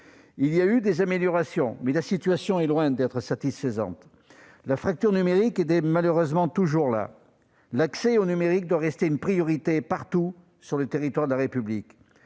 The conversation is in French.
Malgré quelques améliorations, la situation est loin d'être satisfaisante. La fracture numérique est malheureusement toujours présente ! L'accès au numérique doit rester une priorité partout sur le territoire de la République.